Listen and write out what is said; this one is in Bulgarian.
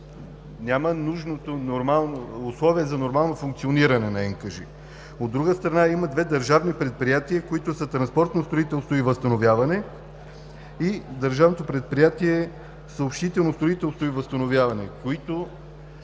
Няма условия за нормалното функциониране на НКЖИ. От друга страна, има две държавни предприятия, които са Държавно предприятие „Транспортно строителство и възстановяване“ и Държавно предприятие „Съобщително строителство и възстановяване“, които